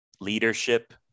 leadership